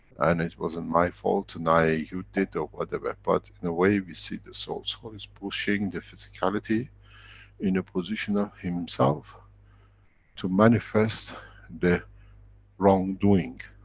and, it wasn't my fault, deny, you did or whatever. but, in a way, we see the soul. soul is pushing the physicality in a position of himself to manifest the wrong doing,